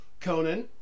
Conan